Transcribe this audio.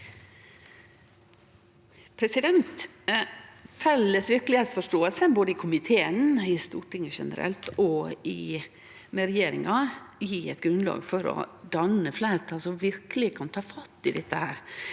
Felles verke- legheitsforståing både i komiteen, i Stortinget generelt og i regjeringa gjev eit grunnlag for å danne fleirtal som verkeleg kan ta fatt i dette.